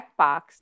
checkbox